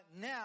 now